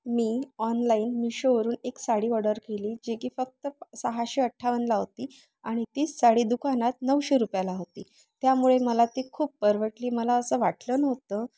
मी online मिशोवरून एक sari order केली जी की फक्त सहाशे अठ्ठावन्नला होती आणि तीच साडी दुकानात नऊशे रुपयाला होती त्यामुळे मला ती खूप परवडली मला असं वाटलं नव्हतं